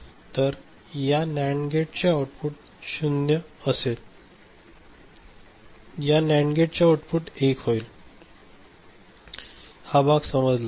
तर या नॅण्ड गेटचे आऊटपुट 0 असेल आणि या नॅण्ड गेटचे आउटपुट 1 होईल हा भाग समजला आहे